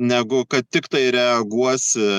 negu kad tiktai reaguosi